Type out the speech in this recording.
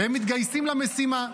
והם מתגייסים למשימה.